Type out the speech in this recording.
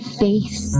face